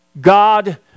God